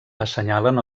assenyalen